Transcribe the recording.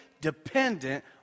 dependent